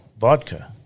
vodka